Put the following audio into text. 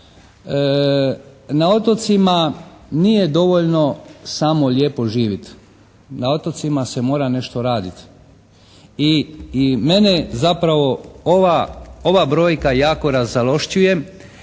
Na otocima nije dovoljno samo lijepo živjeti. Na otocima se mora nešto raditi. I mene zapravo ova, ova brojka jako ražalošćuje